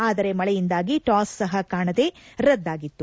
ಆದರೆ ಮಳೆಯಿಂದಾಗಿ ಟಾಸ್ ಸಪ ಕಾಣದೆ ರದ್ದಾಗಿತ್ತು